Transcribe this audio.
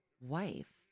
wife